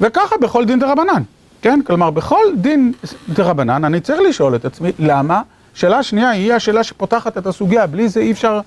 וככה בכל דין דה רבנן, כן, כלומר בכל דין דה רבנן אני צריך לשאול את עצמי למה. שאלה שנייה היא השאלה שפותחת את הסוגיה, בלי זה אי אפשר...